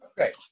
Okay